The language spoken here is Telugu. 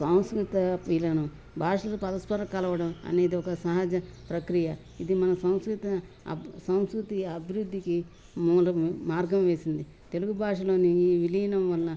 సంస్కృత పీలను భాషల పరస్పర కలవడం అనేది ఒక సహజ ప్రక్రియ ఇది మన సంస్కృత అ సంస్కృతి అభివృద్ధికి మూలం మార్గం వేసింది తెలుగు భాషలోని విలీనం వల్ల